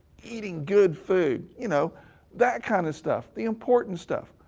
eating good food, you know that kind of stuff. the important stuff.